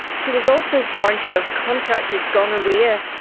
she was also found to have contracted gonorrhoea.